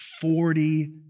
Forty